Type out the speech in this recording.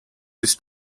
this